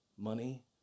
money